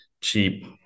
cheap